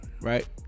right